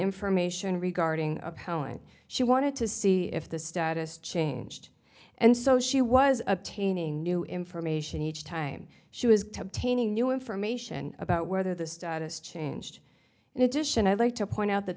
information regarding how and she wanted to see if the status changed and so she was obtaining new information each time she was to obtaining new information about whether the status changed in addition i'd like to point out that